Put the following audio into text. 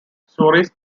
stories